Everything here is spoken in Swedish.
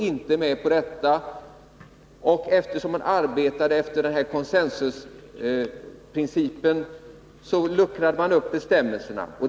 Eftersom arbetsgruppen arbetade efter consensusprincipen luckrade man då upp texten.